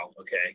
okay